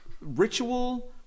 ritual